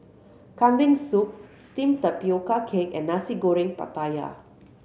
Kambing Soup steamed tapioca cake and Nasi Goreng Pattaya